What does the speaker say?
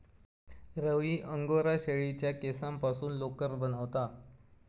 रवी angora शेळीच्या केसांपासून लोकर बनवता